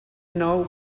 nou